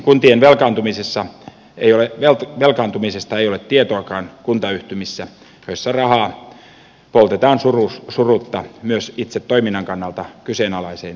kuntien velkaantumisesta ei ole tietoakaan kuntayhtymissä joissa rahaa poltetaan surutta myös itse toiminnan kannalta kyseenalaiseen tarkoitukseen